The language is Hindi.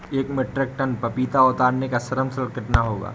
एक मीट्रिक टन पपीता उतारने का श्रम शुल्क कितना होगा?